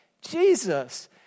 Jesus